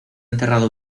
enterrado